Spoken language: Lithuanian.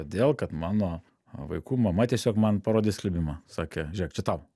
todėl kad mano vaikų mama tiesiog man parodė skelbimą sakė žėk čia tau